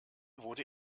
wurde